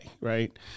right